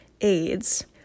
AIDS